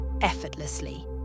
effortlessly